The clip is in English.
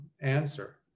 answer